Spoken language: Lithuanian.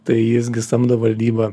tai jis gi samdo valdybą